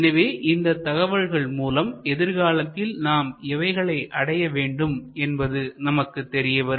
எனவே இந்த தகவல்கள் மூலம் எதிர்காலத்தில் நாம் எவைகளை அடைய வேண்டும் என்பது நமக்கு தெரியவரும்